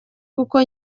kuko